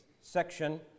section